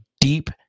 deep